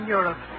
Europe